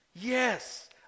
yes